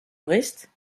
brest